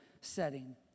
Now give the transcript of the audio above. setting